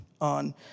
on